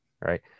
right